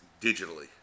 Digitally